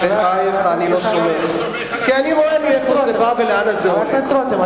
אני רואה מאיפה זה בא ולאן זה הולך.